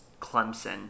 Clemson